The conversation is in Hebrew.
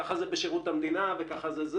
ככה זה בשירות המדינה וככה זה,